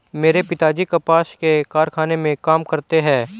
मेरे पिताजी कपास के कारखाने में काम करते हैं